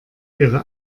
ihre